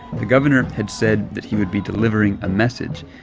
the governor had said that he would be delivering a message,